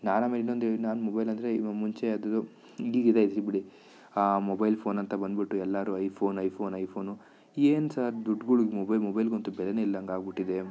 ನಾನು ಆಮೇಲೆ ಇನ್ನೊಂದು ನಾನು ಮೊಬೈಲ್ ಅಂದರೆ ಈಗ ಮುಂಚೆ ಆದರೂ ಬಿಡಿ ಆ ಮೊಬೈಲ್ ಫೋನಂತ ಬಂದುಬಿಟ್ಟು ಎಲ್ಲರೂ ಐಫೋನ್ ಐಫೋನ್ ಐಫೋನು ಏನು ಸರ್ ದುಡ್ಗುಳು ಮೊಬೈಲ್ ಮೊಬೈಲ್ಗಂತೂ ಬೆಲೆಯೇ ಇಲ್ದಂಗೆ ಆಗ್ಬಿಟ್ಟಿದೆ